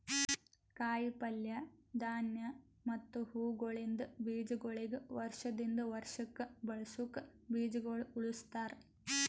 ಕಾಯಿ ಪಲ್ಯ, ಧಾನ್ಯ ಮತ್ತ ಹೂವುಗೊಳಿಂದ್ ಬೀಜಗೊಳಿಗ್ ವರ್ಷ ದಿಂದ್ ವರ್ಷಕ್ ಬಳಸುಕ್ ಬೀಜಗೊಳ್ ಉಳುಸ್ತಾರ್